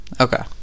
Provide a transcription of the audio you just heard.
Okay